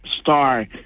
star